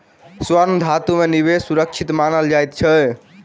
स्वर्ण धातु में निवेश सुरक्षित मानल जाइत अछि